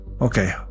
okay